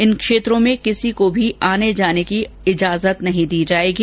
इन क्षेत्रों में किसी को भी आने जाने की इजाजत नहीं दी जाएगी